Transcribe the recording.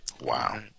Wow